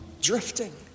Drifting